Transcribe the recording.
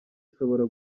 ishobora